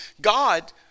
God